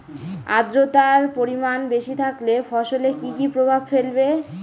আদ্রর্তার পরিমান বেশি থাকলে ফসলে কি কি প্রভাব ফেলবে?